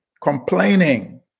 complaining